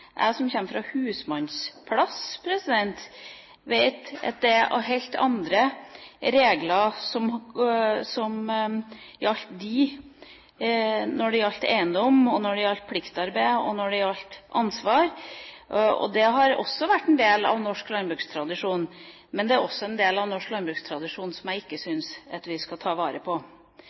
Jeg som kommer fra en husmannsplass, vet at det var helt andre regler for disse når det gjaldt eiendom, når det gjaldt pliktarbeid, og når det gjaldt ansvar. Det har også vært en del av norsk landbrukstradisjon, men en del av norsk landbrukstradisjon som jeg ikke syns at vi skal ta vare på.